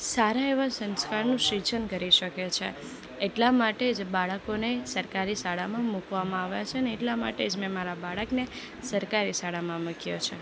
સારા એવા સંસ્કારનું સિંચન કરી શકે છે એટલા માટે જ બાળકોને સરકારી શાળામાં મીકવામાં આવે છે ને એટલા માટે મેં મારા બાળકને સરકારી શાળામાં મૂક્યો છે